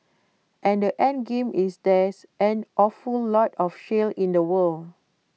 and the endgame is there's an awful lot of shale in the world